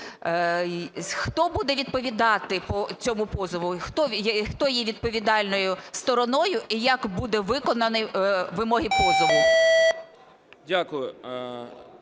хто буде відповідати по цьому позову? Хто є відповідальною стороною і як будуть виконані вимоги позову?